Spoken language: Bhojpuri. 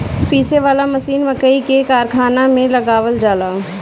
पीसे वाला मशीन मकई के कारखाना में लगावल जाला